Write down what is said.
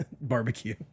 barbecue